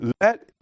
Let